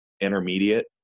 intermediate